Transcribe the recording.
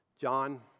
John